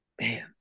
Man